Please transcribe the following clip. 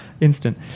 Instant